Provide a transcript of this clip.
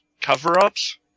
cover-ups